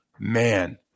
Man